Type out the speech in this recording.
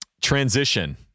transition